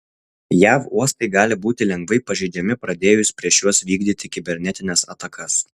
jav uostai gali būti lengvai pažeidžiami pradėjus prieš juos vykdyti kibernetines atakas